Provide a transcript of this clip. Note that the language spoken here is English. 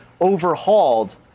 overhauled